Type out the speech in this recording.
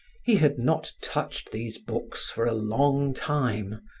he had not touched these books for a long time,